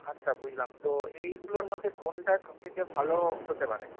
আচ্ছা বুঝলাম তো এইগুলোর মধ্যে কোনটা সবথেকে ভালো হতে পারে